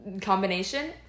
combination